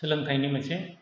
सोलोंथाइनि मोनसे